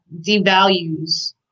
devalues